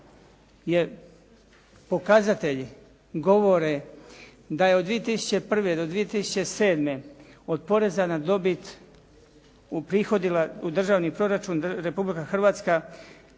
pokazatelji govore da je od 2001. do 2007. od poreza na dobit uprihodila u državni proračun Republika Hrvatska